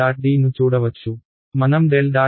D ను చూడవచ్చు మనం ∇